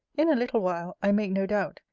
in a little while, i make no doubt,